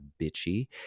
bitchy